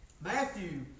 Matthew